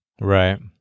Right